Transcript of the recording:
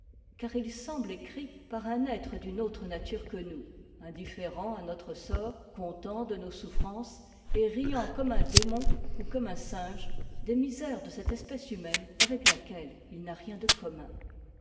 car il semble écrit par un être d'une autre nature que nous indifférent à notre sort content de nos souffrances et riant comme un démon ou comme un singe des misères de cette espèce humaine avec laquelle il n'a rien de commun